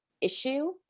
issue